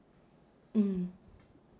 mm